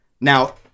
Now